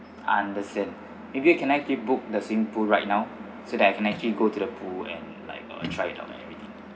understand maybe can I actually book the swimming pool right now so that I can actually go to the pool and like uh try it on everything